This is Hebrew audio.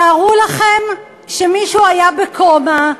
תארו לכם שמישהו היה ב-coma,